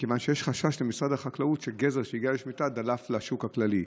מכיוון שיש חשש במשרד החקלאות שגזר שהגיע לשמיטה דלף לשוק הכללי.